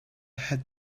had